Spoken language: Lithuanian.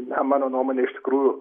na mano nuomone iš tikrųjų